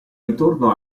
ritorno